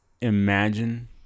imagine